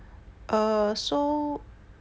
err so